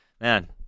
man